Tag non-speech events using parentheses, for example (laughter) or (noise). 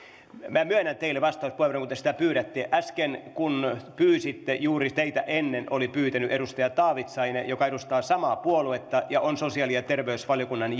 minä myönnän teille vastauspuheenvuoron kun te sitä pyydätte äsken kun pyysitte juuri teitä ennen oli pyytänyt edustaja taavitsainen joka edustaa samaa puoluetta ja on sosiaali ja terveysvaliokunnan (unintelligible)